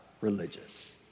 religious